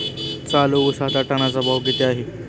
चालू उसाचा टनाचा भाव किती आहे?